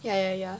ya ya ya